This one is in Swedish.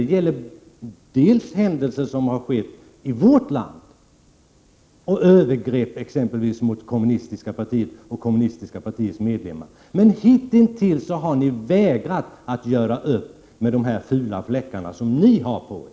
Det gäller händelser som har ägt rum i vårt land, exempelvis övergrepp mot kommunistiska partiet och dess medlemmar. Hitintills har ni dock vägrat att göra upp med de fula fläckar som ni har på er.